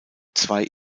zwei